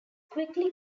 quickly